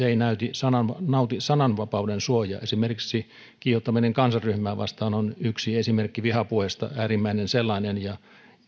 ei nauti sananvapauden suojaa esimerkiksi kiihottaminen kansanryhmää vastaan on yksi esimerkki vihapuheesta äärimmäinen sellainen ja